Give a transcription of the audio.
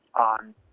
on